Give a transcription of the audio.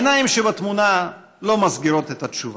העיניים שבתמונה לא מסגירות את התשובה,